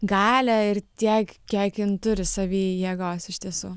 galią ir tiek kiek jin turi savy jėgos iš tiesų